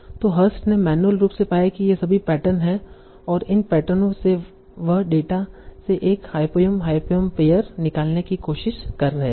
तो हर्स्ट ने मैन्युअल रूप से पाया कि ये सभी पैटर्न है और इन पैटर्नों से वह डेटा से एक हायपोंयम हायपोंयम पेअर निकालने की कोशिश कर रहे थे